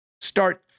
start